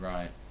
Right